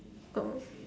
oh